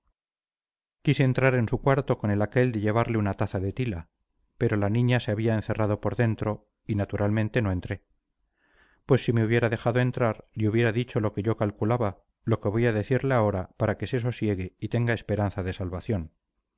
quise entrar en su cuarto con el aquel de llevarle una taza de tila pero la niña se había encerrado por dentro y naturalmente no entré pues si me hubiera dejado entrar le hubiera dicho lo que yo calculaba lo que voy a decirle ahora para que se sosiegue y tenga esperanza de salvación